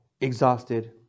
exhausted